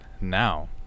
now